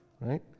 Right